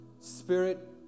Spirit